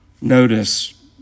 notice